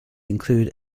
include